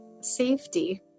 safety